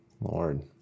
Lord